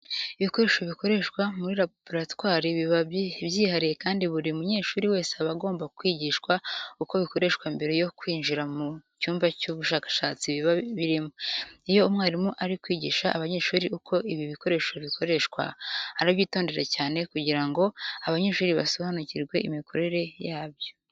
Ibikoresho bikoreshwa muri laboratwari biba byihariye kandi buri munyeshuri wese aba agomba kwigishwa uko bikoreshwa mbere yo kwinjira mu cyumba cy'ubushakashatsi biba birimo. Iyo umwarimu ari kwigisha abanyeshuri uko ibi bikoresho bikoreshwa, arabyitondera cyane kugira ngo abanyeshuri basobanukirwe imikorere yabyo.